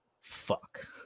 fuck